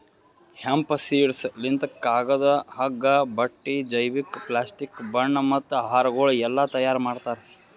hemp seeds ಲಿಂತ್ ಕಾಗದ, ಹಗ್ಗ, ಬಟ್ಟಿ, ಜೈವಿಕ, ಪ್ಲಾಸ್ಟಿಕ್, ಬಣ್ಣ ಮತ್ತ ಆಹಾರಗೊಳ್ ಎಲ್ಲಾ ತೈಯಾರ್ ಮಾಡ್ತಾರ್